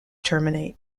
terminate